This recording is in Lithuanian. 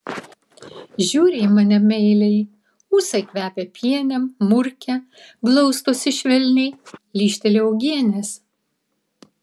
žiūri į mane meiliai ūsai kvepia pienėm murkia glaustosi švelniai lyžteli uogienės